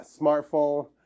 smartphone